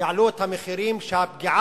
יעלו את המחירים שהפגיעה,